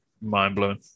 mind-blowing